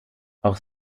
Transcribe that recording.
auch